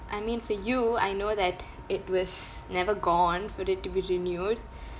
I mean for you I know that it was never gone for it to be renewed